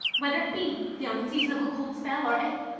whether it be the unseasonable cold spell or if,